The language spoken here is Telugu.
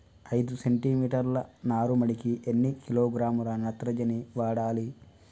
ఐదు సెంటిమీటర్ల నారుమడికి ఎన్ని కిలోగ్రాముల నత్రజని వాడాలి?